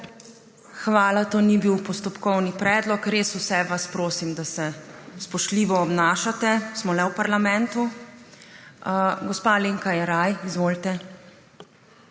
Hvala. To ni bil postopkovni predlog. Res vas vse prosim, da se spoštljivo obnašate. Smo le v parlamentu. Gospa Alenka Jeraj, izvolite.